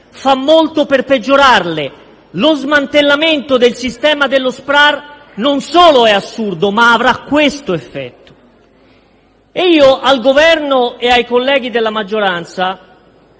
fa molto per peggiorarle. Lo smantellamento del sistema dello SPRAR non solo è assurdo ma avrà questo effetto. Al Governo e ai colleghi della maggioranza